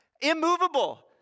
immovable